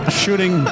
shooting